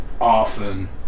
Often